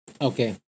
Okay